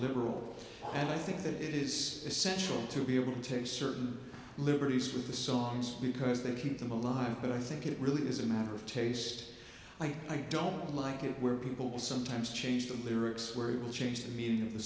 liberal and i think that it is essential to be able to take certain liberties with the songs because they keep them alive but i think it really is a matter of taste like i don't like it where people sometimes change the lyrics where it will change the meaning of the